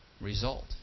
result